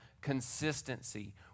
consistency